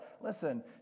Listen